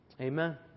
Amen